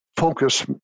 focus